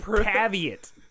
Caveat